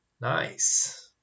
Nice